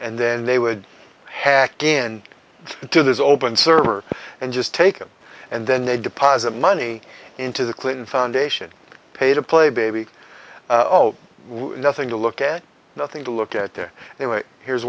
and then they would hack and there's open server and just take them and then they deposit money into the clinton foundation pay to play baby nothing to look at nothing to look at there they were here's